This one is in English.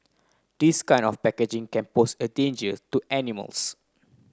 this kind of packaging can pose a danger to animals